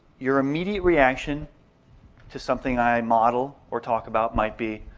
your immediate reaction to something i model or talk about might be,